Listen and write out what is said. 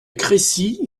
crécy